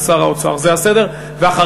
בבקשה, גברתי.